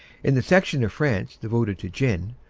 in the section of france devoted to gin,